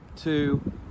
two